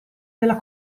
della